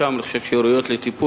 שהועלו, אני חושב שהן ראויות לטיפול.